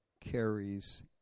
carries